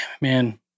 man